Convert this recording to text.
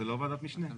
זה לא ועדת משנה.